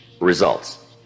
results